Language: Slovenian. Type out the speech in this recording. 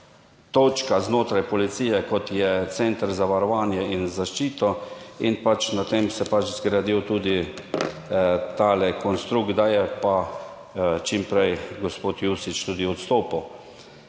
točka znotraj policije, kot je Center za varovanje in zaščito in pač na tem se je pač zgradil tudi ta konstrukt, da je pa čim prej gospod Jušić tudi odstopil.